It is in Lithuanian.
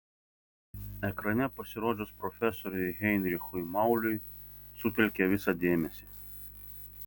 ekrane pasirodžius profesoriui heinrichui mauliui sutelkė visą dėmesį